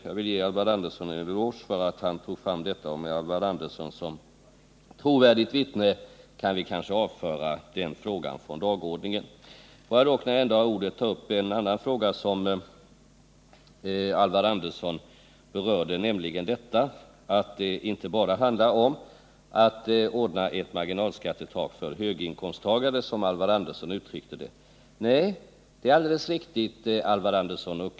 Jag vill ge Alvar Andersson en eloge för att han nämnde detta, och med honom som trovärdigt vittne kan vi kanske avföra den frågan från dagordningen. Då jag ändå har ordet vill jag emellertid ta upp en annan fråga som Alvar Andersson berörde, nämligen att det inte bara handlar om att ordna ett marginalskattetak för höginkomsttagare, som han uttryckte det. Det är alldeles riktigt, Alvar Andersson.